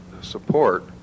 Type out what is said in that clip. support